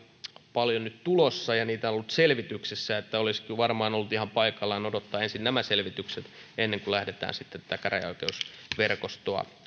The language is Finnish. paljon nyt tulossa ja niitä on ollut selvityksessä niin olisi kyllä varmaan ollut ihan paikallaan odottaa ensin nämä selvitykset ennen kuin lähdetään tätä käräjäoikeusverkostoa